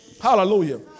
Hallelujah